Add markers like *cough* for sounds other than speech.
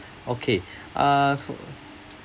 *breath* okay *breath* uh for